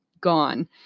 gone